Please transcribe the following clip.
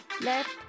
Left